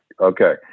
Okay